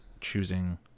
choosing